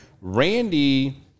Randy